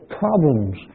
problems